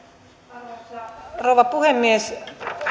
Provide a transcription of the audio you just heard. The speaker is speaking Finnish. arvoisa rouva puhemies